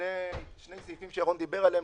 שני סעיפים שירון דיבר עליהם,